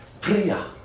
Prayer